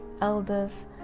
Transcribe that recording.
elders